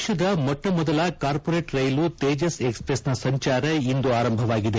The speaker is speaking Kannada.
ದೇಶದ ಮೊಟ್ಟಮೊದಲ ಕಾರ್ಪೊರೇಟ್ ರೈಲು ತೇಜಸ್ ಎಕ್ಸ್ಪ್ರೆಸ್ನ ಸಂಚಾರ ಇಂದು ಆರಂಭವಾಗಿದೆ